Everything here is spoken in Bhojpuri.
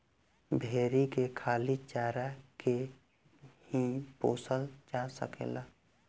भेरी के खाली चारा के ही पोसल जा सकेला